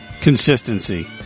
Consistency